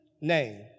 name